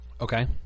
Okay